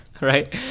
right